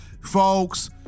folks